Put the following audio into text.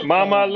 Mama